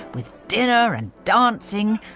with dinner and dancing,